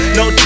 no